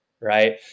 right